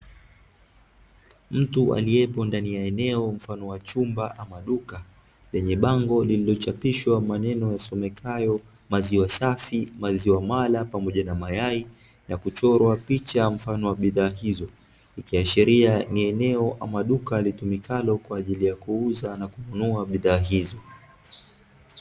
Mtu aliyepo ndani ya eneo mfano wa chumba ama duka, lenye bango lililochapishwa maneno yasomekayo, maziwa safi, maziwa mara, pamoja na mayai, na kuchorwa picha mfano wa bidhaa hizo, ikiashiria ni eneo ama duka litumikalo kwa ajili kuuza na kununua bidhaa hizo.